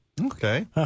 Okay